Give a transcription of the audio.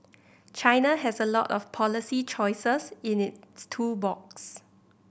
China has a lot of policy choices in its tool box